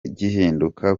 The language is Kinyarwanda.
gihinduka